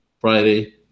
Friday